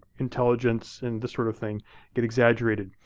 intelligence, and this sort of thing get exaggerated.